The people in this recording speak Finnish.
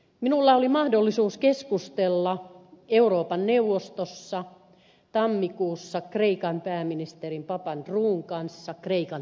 minulla oli mahdollisuus keskustella euroopan neuvostossa tammikuussa kreikan pääministerin papandreoun kanssa kreikan tilanteesta